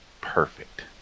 perfect